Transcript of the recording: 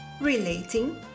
relating